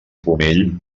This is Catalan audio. pomell